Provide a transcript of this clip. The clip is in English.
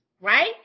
right